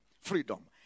freedom